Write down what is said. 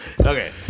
Okay